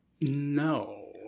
No